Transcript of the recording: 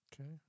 Okay